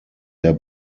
der